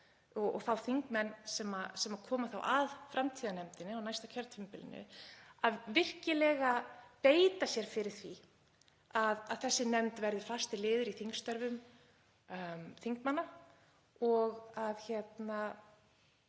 og þá þingmenn sem koma að framtíðarnefndinni á næsta kjörtímabili að virkilega beita sér fyrir því að þessi nefnd verði fastur liður í þingstörfum þingmanna og að hún